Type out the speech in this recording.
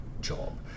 job